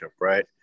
right